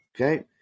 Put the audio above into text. okay